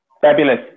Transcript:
fabulous